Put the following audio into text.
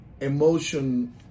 emotion